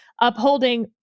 upholding